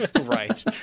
right